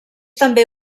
també